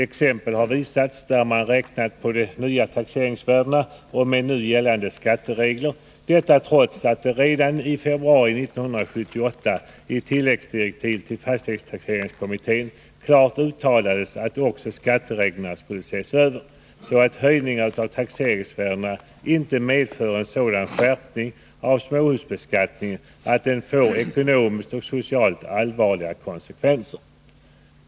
Exempel har visats där man räknat på de nya taxeringsvärdena och med nu gällande skatteregler — detta trots att det redan i februari 1978 i tilläggsdirektiv till fastighetstaxeringskommittén klart uttalades att också skattereglerna skulle ses över, så att höjningarna av taxeringsvärdena inte medför en sådan skärpning av småhusbeskattningen att den får ekonomiskt och socialt allvarliga konsekvenser.